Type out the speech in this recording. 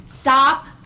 Stop